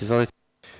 Izvolite.